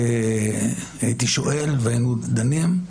הייתי שואל והיינו דנים,